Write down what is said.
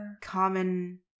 common